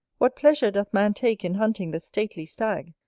what pleasure doth man take in hunting the stately stag,